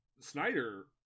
Snyder